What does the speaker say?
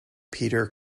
peter